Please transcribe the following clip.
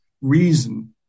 reason